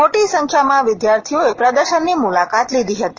મોટી સંખ્યામાં વિદ્યાર્થીઓએ પ્રદર્શનની મુલાકાત લીધી હતી